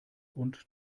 und